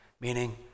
meaning